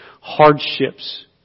hardships